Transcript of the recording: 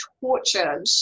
tortured